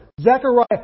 Zechariah